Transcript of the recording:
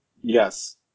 Yes